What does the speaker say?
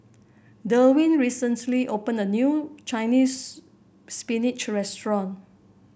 Derwin recently opened a new Chinese Spinach restaurant